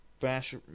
bash